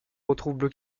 retrouvent